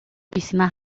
piscina